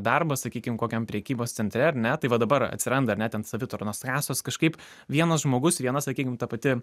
darbą sakykim kokiam prekybos centre ar ne tai va dabar atsiranda ar ne ten savitarnos kasos kažkaip vienas žmogus viena sakykim ta pati